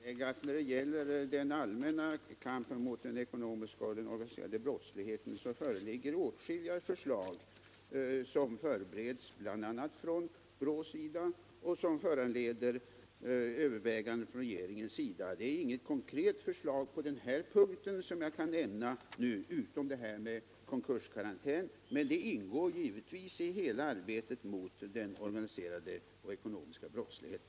Herr talman! Jag skall bara tillägga att när det gäller den allmänna kampen mot den ekonomiska och den organiserade brottsligheten föreligger åtskilliga förslag, bl.a. från BRÅ:s sida, som förbereds och som föranleder överväganden inom regeringen. Det finns inget konkret förslag på den här punkten som jag kan nämna nu —- utom konkurskarantän — men sådana förslag ingår givetvis i hela arbetet mot den organiserade och den ekonomiska brottsligheten.